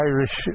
Irish